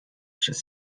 przez